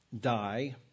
die